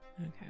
Okay